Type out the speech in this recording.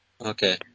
Okay